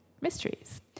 mysteries